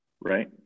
Right